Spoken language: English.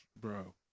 Bro